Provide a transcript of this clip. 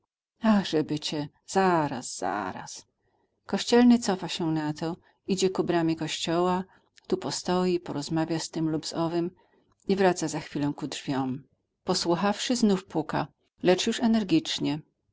a żeby cię zaraz zaraz kościelny cofa się na to idzie ku bramie kościoła tu postoi porozmawia z tym lub z owym i wraca za chwilę ku drzwiom posłuchawszy znów puka lecz już energicznie